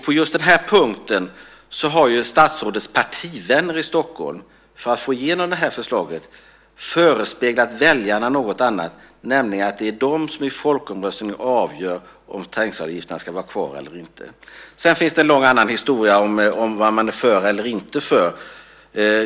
På just den punkten har ju statsrådets partivänner i Stockholm för att få igenom det här förslaget förespeglat väljarna något annat, nämligen att det är de som i folkomröstningen avgör om trängselavgifterna ska vara kvar eller inte. Sedan finns det en annan lång historia om vad man är för eller inte för.